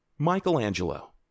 Michelangelo